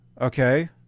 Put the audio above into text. okay